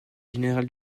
général